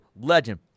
legend